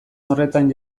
horretan